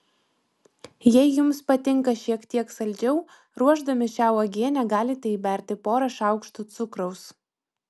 jei jums patinka šiek tiek saldžiau ruošdami šią uogienę galite įberti porą šaukštų cukraus